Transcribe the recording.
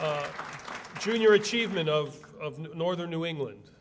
no junior achievement of northern new england